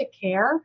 care